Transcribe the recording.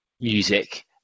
music